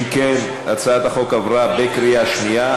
אם כן, הצעת החוק עברה בקריאה שנייה.